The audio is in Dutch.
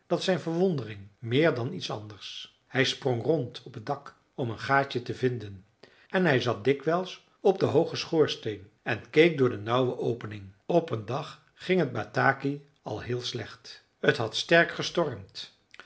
dat zijn verwondering meer dan iets anders hij sprong rond op het dak om een gaatje te vinden en hij zat dikwijls op den hoogen schoorsteen en keek door de nauwe opening op een dag ging het bataki al heel slecht t had sterk gestormd